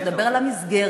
אנחנו נדבר על המסגרת,